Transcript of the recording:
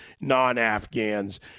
non-Afghans